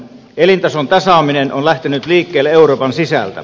elintason tasaaminen on lähtenyt liikkeelle euroopan sisältä